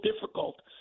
difficult